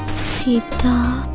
sita